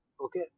Okay